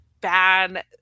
bad